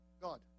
God